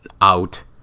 Out